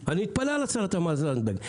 אני מתפלא על השרה תמר זנדברג.